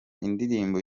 indirimbo